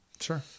Sure